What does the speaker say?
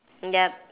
ya